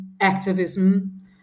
activism